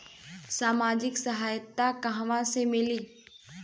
सामाजिक सहायता कहवा से मिली?